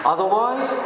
Otherwise